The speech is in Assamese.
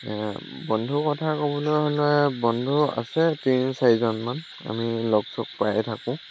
বন্ধুৰ কথা ক'বলৈ হ'লে বন্ধু আছে তিনি চাৰিজন মান আমি লগ চগ পায়েই থাকোঁ